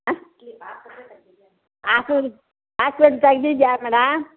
ಹಾಂ ಆಸಲ್ ಆಸ್ಪೆಟ್ಲ್ ತೆಗ್ದಿದೆಯಾ ಮೇಡಮ್